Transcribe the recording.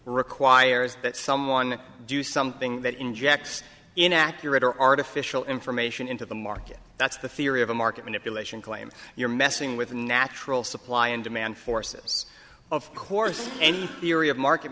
requires that someone do something that injects inaccurate or artificial information into the market that's the theory of a market manipulation claim you're messing with the natural supply and demand forces of course any theory of market